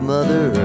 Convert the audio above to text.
Mother